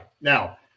Now